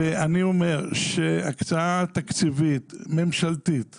אני אומר שהקצאה תקציבית ממשלתית